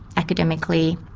academically,